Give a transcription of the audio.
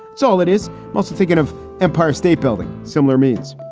it's all it is mostly thinking of empire state building. similar means.